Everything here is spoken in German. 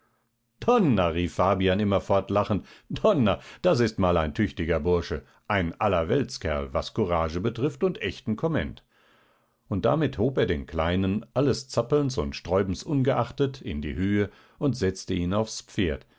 donner rief fabian immerfort lachend donner das ist mal ein tüchtiger bursche ein allerweltskerl was courage betrifft und echten komment und damit hob er den kleinen alles zappelns und sträubens ungeachtet in die höhe und setzte ihn aufs pferd